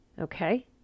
Okay